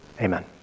Amen